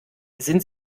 sind